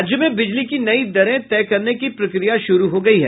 राज्य में बिजली की नयी दरे तय करने की प्रक्रिया शुरू हो गयी है